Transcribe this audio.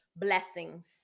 Blessings